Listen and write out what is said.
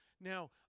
Now